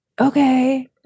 Okay